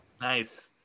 Nice